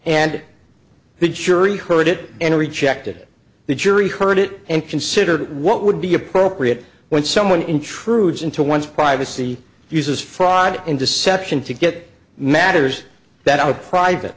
and the jury heard it and rejected the jury heard it and considered what would be appropriate when someone intrudes into one's privacy uses fraud and deception to get matters that are private